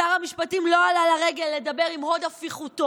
שר המשפטים לא עלה לרגל לדבר עם הוד הפיכותו.